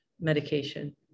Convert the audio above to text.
medication